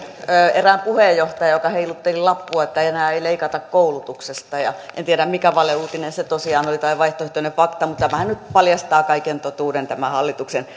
erään puheenjohtajan joka heilutteli lappua että enää ei leikata koulutuksesta en tiedä mikä valeuutinen se tosiaan oli tai vaihtoehtoinen fakta mutta tämähän nyt paljastaa kaiken totuuden tämän hallituksen